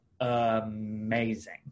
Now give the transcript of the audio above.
amazing